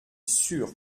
sûr